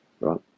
right